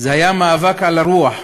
זה היה מאבק על הרוח,